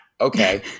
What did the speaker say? Okay